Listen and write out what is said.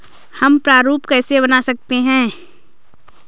हम प्रारूप कैसे बना सकते हैं?